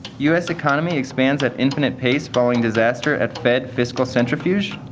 u s. economy expands at infinite pace following disaster at fed fiscal centrifuge.